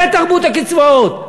זה תרבות הקצבאות.